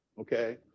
okay